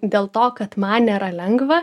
dėl to kad man nėra lengva